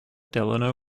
delano